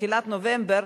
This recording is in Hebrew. בתחילת נובמבר,